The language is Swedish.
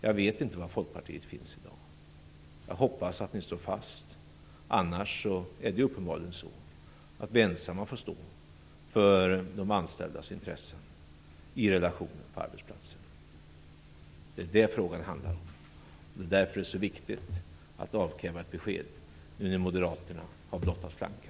Jag vet inte var Folkpartiet finns i dag. Jag hoppas att ni står fast. Annars är det uppenbarligen så att vi ensamma får stå för de anställdas intressen i relationen på arbetsplatserna. Det är vad frågan handlar om. Det är därför det är så viktigt att avkräva ett besked när nu Moderaterna har blottat flanken.